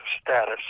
status